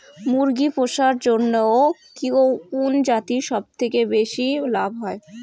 মুরগি পুষার জন্য কুন জাতীয় সবথেকে বেশি লাভ হয়?